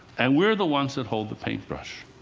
and we're the ones that hold the paintbrush.